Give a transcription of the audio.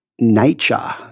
nature